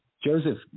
Joseph